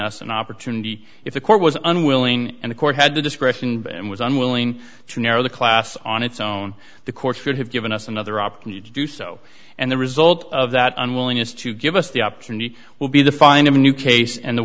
us an opportunity if the court was unwilling and the court had the discretion and was unwilling to narrow the class on its own the court should have given us another opportunity to do so and the result of that unwillingness to give us the opportunity will be to find a new case and the